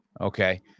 Okay